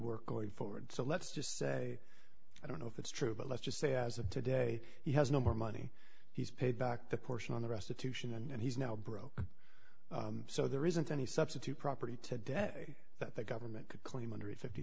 work going forward so let's just say i don't know if that's true but let's just say as of today he has number money he's paid back the portion on the restitution and he's now broke so there isn't any substitute property today that the government could claim one hundred and fifty